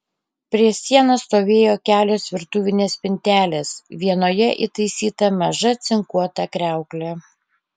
prie sienos stovėjo kelios virtuvinės spintelės vienoje įtaisyta maža cinkuota kriauklė